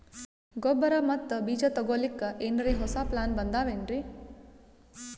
ಗೊಬ್ಬರ ಮತ್ತ ಬೀಜ ತೊಗೊಲಿಕ್ಕ ಎನರೆ ಹೊಸಾ ಪ್ಲಾನ ಬಂದಾವೆನ್ರಿ?